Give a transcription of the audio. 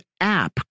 app